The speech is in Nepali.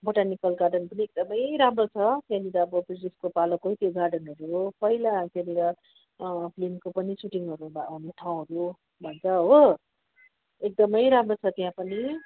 बोटानिकल गार्डन पनि एकदमै राम्रो छ त्यहाँनिर अब ब्रिटिसको पालोकै त्यो गार्डनहरू हो पहिला त्यहाँनिर फिल्मको पनि सुटिङहरू हुने ठाउँहरू हो भन्छ हो एकदमै राम्रो छ त्यहाँ पनि